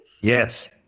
Yes